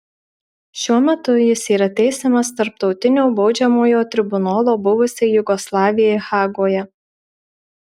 šiuo metu jis yra teisiamas tarptautinio baudžiamojo tribunolo buvusiai jugoslavijai hagoje